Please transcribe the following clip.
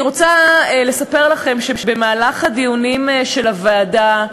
אני רוצה לספר לכם שבמהלך הדיונים של הוועדה,